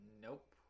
nope